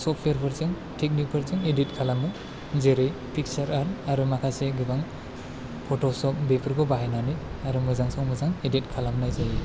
सफ्टवेरफोरजों थेकनिकफोरजों इदिट खालामो जेरै फिगचार आर्ट आरो माखासे गोबां फथ'सफ बेफोरखौ बाहायनानै आरो मोजांजों मोजां इदिट खालामनाय जायो